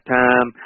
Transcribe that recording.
time